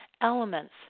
elements